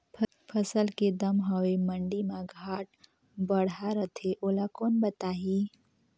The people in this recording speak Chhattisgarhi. फसल के दम हवे मंडी मा घाट बढ़ा रथे ओला कोन बताही?